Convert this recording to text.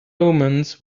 omens